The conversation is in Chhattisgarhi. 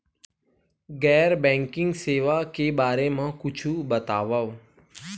गैर बैंकिंग सेवा के बारे म कुछु बतावव?